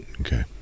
Okay